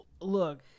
Look